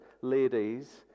ladies